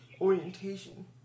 orientation